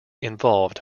involved